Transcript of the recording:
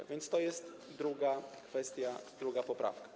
A więc to jest druga kwestia, druga poprawka.